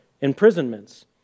imprisonments